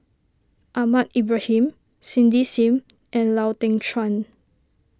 Ahmad Ibrahim Cindy Sim and Lau Teng Chuan